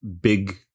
big